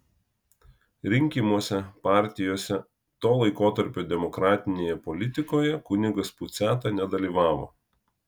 rinkimuose partijose to laikotarpio demokratinėje politikoje kunigas puciata nedalyvavo